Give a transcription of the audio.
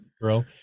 bro